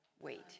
wait